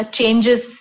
changes